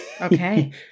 Okay